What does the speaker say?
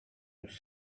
nous